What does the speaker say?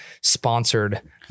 sponsored